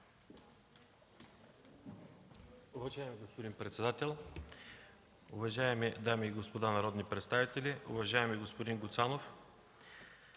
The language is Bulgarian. Уважаеми господин председател, уважаеми дами и господа народни представители! Уважаеми господин Гуцанов,